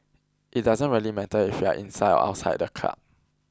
it doesn't really matter if you are inside or outside the club